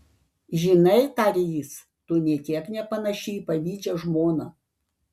žinai tarė jis tu nė kiek nepanaši į pavydžią žmoną